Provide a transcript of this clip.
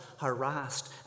harassed